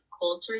culture